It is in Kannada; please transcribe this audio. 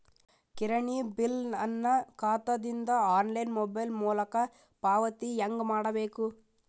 ಕಿರಾಣಿ ಬಿಲ್ ನನ್ನ ಖಾತಾ ದಿಂದ ಆನ್ಲೈನ್ ಮೊಬೈಲ್ ಮೊಲಕ ಪಾವತಿ ಹೆಂಗ್ ಮಾಡಬೇಕು?